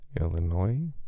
Illinois